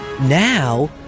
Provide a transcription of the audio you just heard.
Now